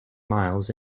miles